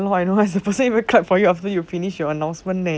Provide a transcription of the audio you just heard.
I know right the person even clap for you after you finish your announcement eh